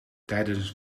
tijdens